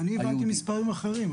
אני הבנתי מספרים אחרים.